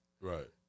right